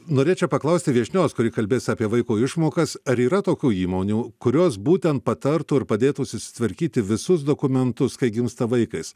norėčiau paklausti viešnios kuri kalbės apie vaiko išmokas ar yra tokių įmonių kurios būtent patartų ir padėtų susitvarkyti visus dokumentus kai gimsta vaikais